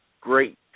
great